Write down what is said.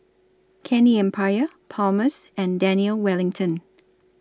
Candy Empire Palmer's and Daniel Wellington